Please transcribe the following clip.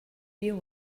deal